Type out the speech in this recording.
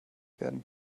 werden